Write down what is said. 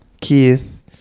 Keith